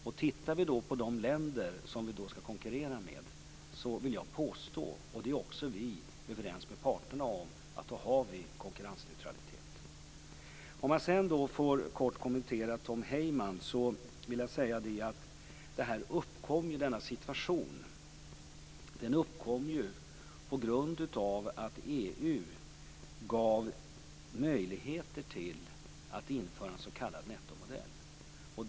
Om vi tittar på de länder som vi skall konkurrera med vill jag påstå att vi har konkurrensneutralitet, och det är vi också överens med parterna om. Låt mig sedan kort kommentera det Tom Heyman sade. Den här situationen uppkom på grund av att EU gav möjligheter till att införa en s.k. nettomodell.